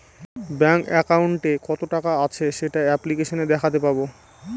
bank একাউন্টে কত টাকা আছে সেটা অ্যাপ্লিকেসনে দেখাতে পাবো